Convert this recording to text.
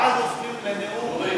ואז הופכים לנאום.